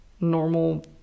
normal